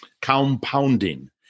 compounding